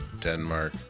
Denmark